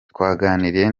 twaganiriye